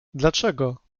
dlaczego